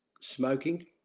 smoking